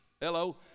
Hello